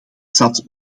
zat